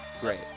Great